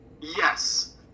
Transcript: Yes